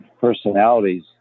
personalities